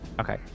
Okay